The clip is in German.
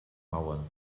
mauern